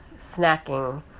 snacking